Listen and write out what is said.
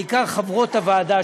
בעיקר חברות הוועדה,